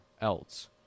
else